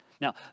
Now